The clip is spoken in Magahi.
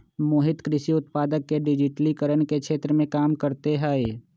मोहित कृषि उत्पादक के डिजिटिकरण के क्षेत्र में काम करते हई